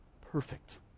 Perfect